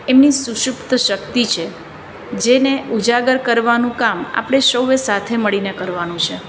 એમની સુષુપ્ત શક્તિ છે જેને ઉજાગર કરવાનું કામ આપણે સૌએ સાથે મળીને કરવાનું છે